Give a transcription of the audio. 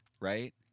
right